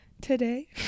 today